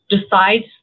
decides